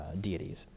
deities